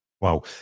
Wow